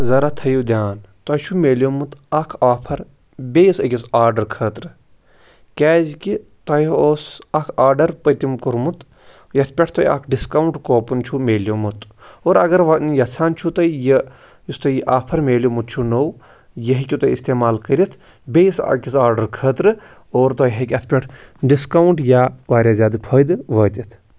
ذرا تھٔیِو دھیان تۄہہِ چھُ مِلیومُت اَکھ آفر بیٚیِس أکِس آڈَر خٲطرٕ کیٛازِکہِ تۄہہِ اوس اَکھ آڈَر پٔتِم کوٚرمُت یَتھ پٮ۪ٹھ تۄہہِ اَکھ ڈِسکاوُنٛٹ کوپُن چھُ مِلیومُت اور اگر وۄنۍ یَژھان چھُو تُہۍ یہِ یُس تۄہہِ یہِ آفَر مِلیومُت چھُ نوٚو یہِ ہیٚکِو تُہۍ استعمال کٔرِتھ بیٚیِس أکِس آڈَر خٲطرٕ اور تۄہہِ ہیٚکہِ اَتھ پٮ۪ٹھ ڈِسکاوُنٛٹ یا واریاہ زیادٕ فٲیدٕ وٲتِتھ